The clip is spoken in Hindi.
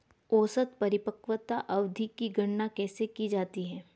औसत परिपक्वता अवधि की गणना कैसे की जाती है?